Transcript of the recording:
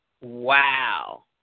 Wow